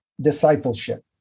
discipleship